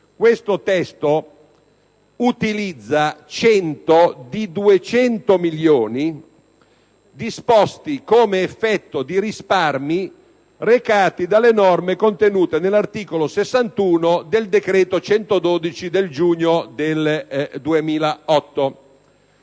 questo testo utilizza 100 dei 200 milioni disposti come effetto di risparmi recati dalle norme contenute nell'articolo 61 della legge n. 133 del 2008,